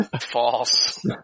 False